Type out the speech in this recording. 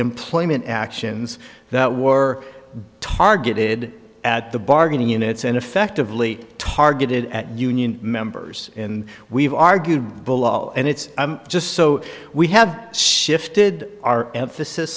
employment actions that war targeted at the bargaining units and effectively targeted at union members in we've argued below and it's just so we have shifted our emphasis